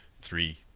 three